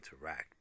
interact